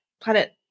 planet